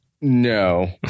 no